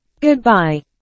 Goodbye